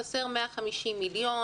חסרים 150 מיליון,